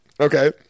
okay